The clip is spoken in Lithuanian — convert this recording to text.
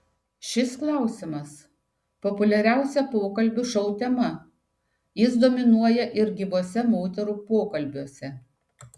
šis klausimas populiariausia pokalbių šou tema jis dominuoja ir gyvuose moterų pokalbiuose